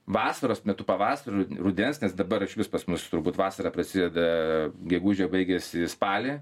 vasaros metu pavasario rudens nes dabar išvis pas mus turbūt vasara prasideda gegužę baigiasi spalį